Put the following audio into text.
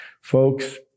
Folks